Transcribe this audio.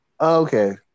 Okay